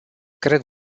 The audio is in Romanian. cred